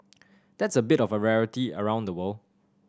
that's a bit of a rarity around the world